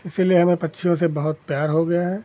इसीलिए हमें पक्षियों से बहुत प्यार हो गया है